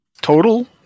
Total